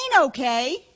okay